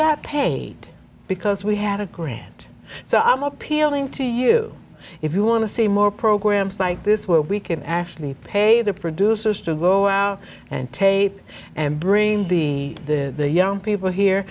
got paid because we had a grant so i'm appealing to you if you want to see more programs like this where we can actually pay the producers to go out and tape and bring the the young people here